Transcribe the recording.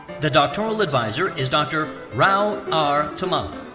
the doctoral advisor is dr. rao r. tummala.